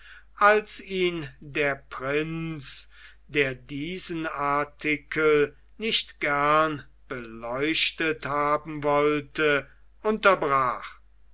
als ihn der prinz der diesen artikel nicht gern beleuchtet haben wollte unterbrach